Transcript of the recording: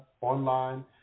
online